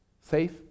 safe